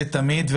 זה נכון תמיד,